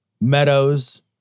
Meadows